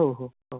हो हो हो